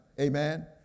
amen